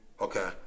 Okay